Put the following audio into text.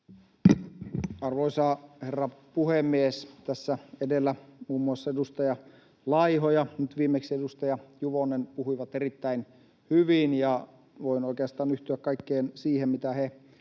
Arvoisa herra puhemies! Tässä edellä muun muassa edustaja Laiho ja nyt viimeksi edustaja Juvonen puhuivat erittäin hyvin, ja voin oikeastaan yhtyä kaikkeen siihen, mitä he